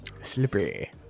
Slippery